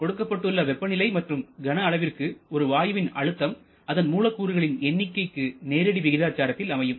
கொடுக்கப்பட்டுள்ள வெப்பநிலை மற்றும் கன அளவிற்கு ஒரு வாயுவின் அழுத்தம் அதன் மூலக்கூறுகளில் எண்ணிக்கைக்கு நேரடி விகிதாச்சாரத்தில் அமையும்